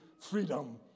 freedom